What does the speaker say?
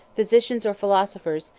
physicians or philosophers,